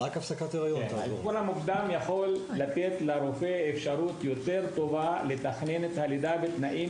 האבחון המוקדם יכול לתת אפשרות יותר טובה לתכנן את הלידה בתנאים